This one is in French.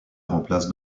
remplace